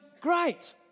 great